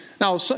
Now